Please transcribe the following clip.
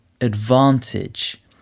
advantage